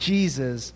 Jesus